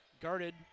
guarded